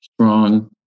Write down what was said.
strong